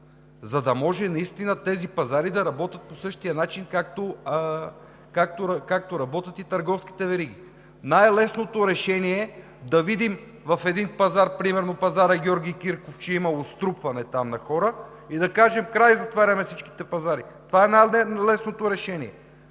за да може наистина тези пазари да работят по същия начин, както работят и търговските вериги. Най-лесното решение е да видим в един пазар – примерно пазарът „Георги Кирков“, че имало струпване на хора там, и да кажем: „Край, затваряме всичките пазари.“ Това е най-лесното решение,